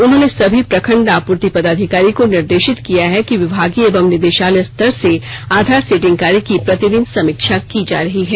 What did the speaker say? उन्होंने सभी प्रखंड आपूर्ति पदाधिकारी को निर्देशित किया है कि विभागीय एवं निदेशालय स्तर से आधार सीडिंग कार्य की प्रतिदिन समीक्षा की जा रही है